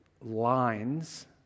lines